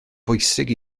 bwysig